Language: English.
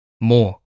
more